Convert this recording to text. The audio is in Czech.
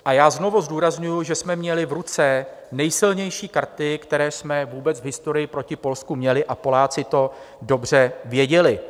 A já znovu zdůrazňuji, že jsme měli v ruce nejsilnější karty, které jsme vůbec v historii proti Polsku měli, a Poláci to dobře věděli.